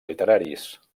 literaris